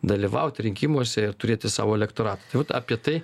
dalyvauti rinkimuose ir turėti savo elektoratą tai vat apie tai